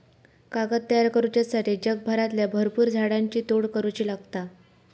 कागद तयार करुच्यासाठी जगभरातल्या भरपुर झाडांची तोड करुची लागता